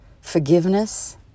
forgiveness